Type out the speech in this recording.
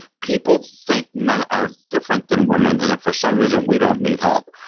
people think men are different than women and that for some reason, we don't need help.